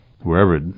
wherever